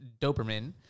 Doberman